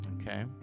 Okay